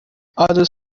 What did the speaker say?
others